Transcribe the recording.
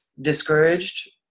discouraged